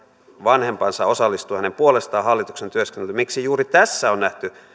vanhempansa osallistuu hänen puolestaan hallituksen työskentelyyn on nähty